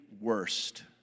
worst